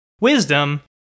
Wisdom